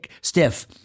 stiff